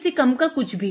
इससे कम का कुछ भी